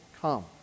Come